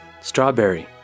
strawberry